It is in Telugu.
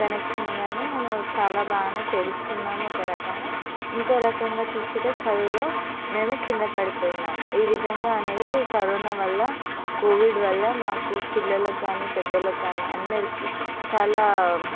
కనెక్షన్ ఇవన్నీ మేము చాలా బాగానే తెలుసుకున్నాము ఒక రకంగా ఇంకో రకంగా చూసుకొంటే చదువులో మేము కింద పడిపోయినాము ఈ విధంగా అనేది కరోనా వలన కోవిడ్ వలన మాకు పిల్లలకి కానీ పెద్దలకి కానీ అందరికీ చాలా